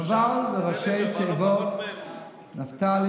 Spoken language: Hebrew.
נבל זה ראשי תיבות, בנט,